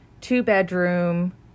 two-bedroom